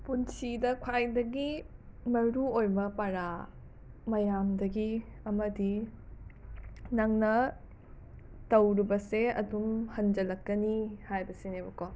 ꯄꯨꯟꯁꯤꯗ ꯈ꯭ꯋꯥꯏꯗꯒꯤ ꯃꯔꯨ ꯑꯣꯏꯕ ꯄꯔꯥ ꯃꯌꯥꯝꯗꯒꯤ ꯑꯃꯗꯤ ꯅꯪꯅ ꯇꯧꯔꯨꯕꯁꯦ ꯑꯗꯨꯝ ꯍꯟꯖꯜꯂꯛꯀꯅꯤ ꯍꯥꯏꯕꯁꯤꯅꯦꯕꯀꯣ